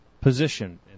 position